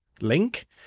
link